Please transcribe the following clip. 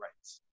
rights